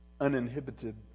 uninhibited